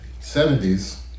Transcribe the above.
70s